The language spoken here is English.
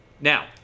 Now